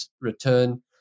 return